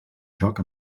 joc